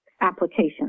application